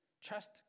Trust